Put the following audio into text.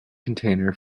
container